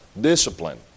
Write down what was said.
discipline